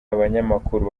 abanyamakuru